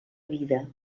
vida